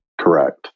Correct